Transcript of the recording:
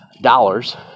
dollars